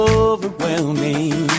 overwhelming